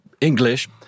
English